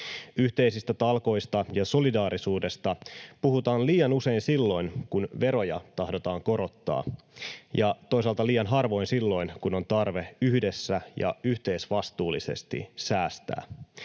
Yhteisistä talkoista ja solidaarisuudesta puhutaan liian usein silloin, kun veroja tahdotaan korottaa, ja toisaalta liian harvoin silloin, kun on tarve yhdessä ja yhteisvastuullisesti säästää.